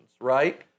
right